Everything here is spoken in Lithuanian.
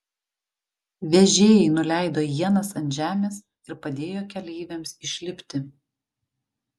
vežėjai nuleido ienas ant žemės ir padėjo keleiviams išlipti